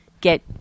get